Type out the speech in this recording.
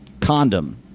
Condom